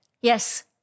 Yes